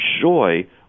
joy